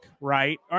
right